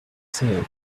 saying